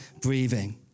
breathing